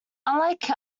unlike